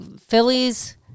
Phillies